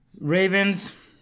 Ravens